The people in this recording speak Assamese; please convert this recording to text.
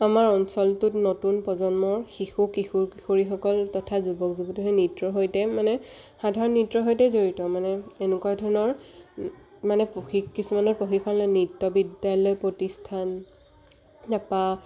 আমাৰ অঞ্চলটোত নতুন প্ৰজন্মৰ শিশু কিশোৰ কিশোৰীসকল তথা যুৱক যুৱতীসকল নৃত্যৰ সৈতে মানে সাধাৰণ নৃত্যৰ সৈতে জড়িত মানে এনেকুৱা ধৰণৰ মানে কিছুমানৰ প্ৰশিক্ষণ লয় নৃত্য বিদ্যালয় প্ৰতিষ্ঠান তাৰপৰা